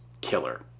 Killer